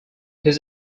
his